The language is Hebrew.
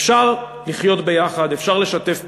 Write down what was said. אפשר לחיות יחד, אפשר לשתף פעולה,